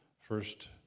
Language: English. first